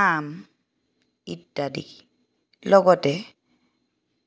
আম ইত্যাদি লগতে